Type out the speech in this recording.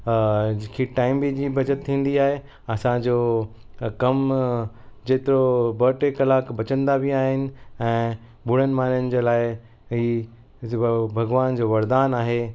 time बि जीअं बचति थींदी आहे असांजो कमु जेतिरो ॿ टे कलाक बचंदा बि आहिनि ऐं बुढनि माण्हुनि जे लाइ भॻवान जो वरदानु आहे